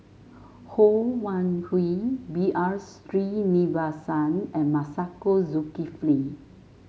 Ho Wan Hui B R Sreenivasan and Masagos Zulkifli